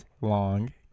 long